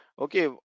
okay